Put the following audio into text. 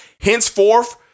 Henceforth